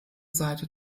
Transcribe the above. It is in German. saite